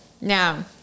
now